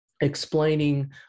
explaining